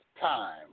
time